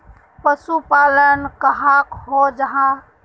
पशुपालन कहाक को जाहा?